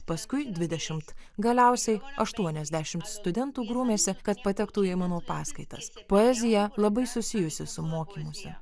paskui dvidešimt galiausiai aštuoniasdešimt studentų grūmėsi kad patektų į mano paskaitas poezija labai susijusi su mokymusi